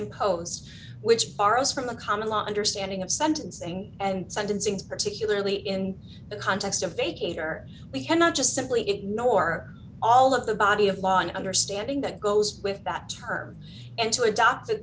imposed which borrows from the common law understanding of sentencing and sentencing particularly in the context of a gator we cannot just simply ignore all of the body of law and understanding that goes with that term and to adopt